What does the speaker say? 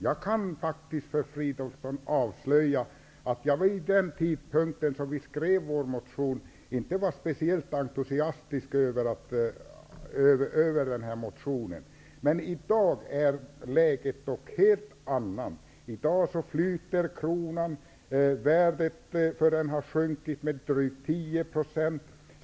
Jag kan faktiskt för Filip Fridolfsson avslöja att jag vid den tidpunkt då vi skrev vår motion inte var speciellt entusiastisk över den. I dag är dock läget ett helt annat. I dag flyter kronan, och värdet har sjunkit med 10 %.